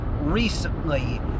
recently